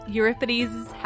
Euripides